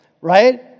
right